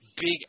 big